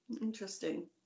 Interesting